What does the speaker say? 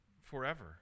forever